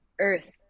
Earth